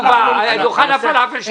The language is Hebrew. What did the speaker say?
לדעת.